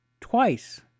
twice